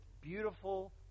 beautiful